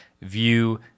view